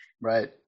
Right